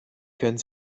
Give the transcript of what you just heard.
können